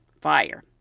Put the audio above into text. fire